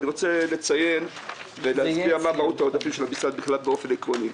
אני רוצה לציין ולהצביע מה מהות העודפים של המשרד באופן עקרוני.